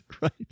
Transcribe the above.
right